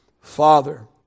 father